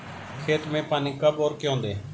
खेत में पानी कब और क्यों दें?